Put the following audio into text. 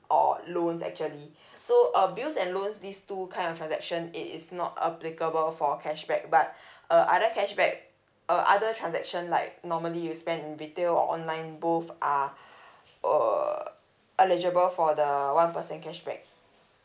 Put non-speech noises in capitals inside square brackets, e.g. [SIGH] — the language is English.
or loans actually so uh bills and loans these two kind of transaction it is not applicable for cashback but [BREATH] uh other cashback uh other transaction like normally you spend retail or online booth are uh eligible for the one percent cashback